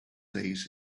days